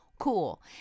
Cool